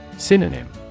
Synonym